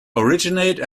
originate